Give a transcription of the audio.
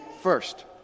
first